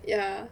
ya